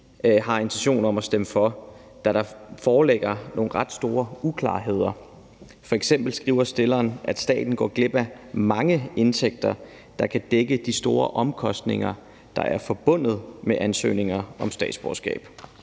har en intention om at stemme for, da der foreligger nogle ret store uklarheder. F.eks. skriver forslagsstillerne, at staten går glip af mange indtægter, der kan dække de store omkostninger, der er forbundet med ansøgninger om statsborgerskab.